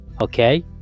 okay